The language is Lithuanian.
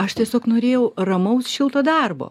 aš tiesiog norėjau ramaus šilto darbo